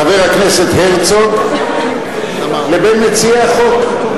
חבר הכנסת הרצוג, לבין מציעי החוק?